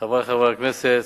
הממשלה, כממשלה,